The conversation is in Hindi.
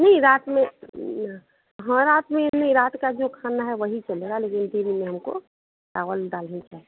नहीं रात में हाँ रात में नहीं रात का जो खाना है वही चलेगा लेकिन दिन में हमको चावल दाल ही चाहिए